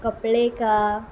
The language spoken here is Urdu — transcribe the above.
کپڑے کا